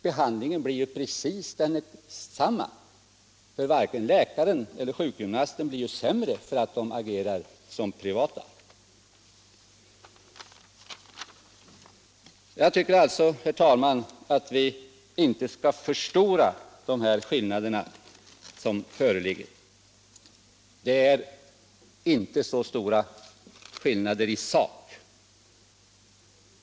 Behandlingen blir precis densamma — varken läkare eller sjukgymnaster blir sämre för att de agerar som privatpraktiker. Jag tycker alltså, herr talman, att vi inte skall förstora de skillnader som föreligger. Det är inte så stora skillnader i sak.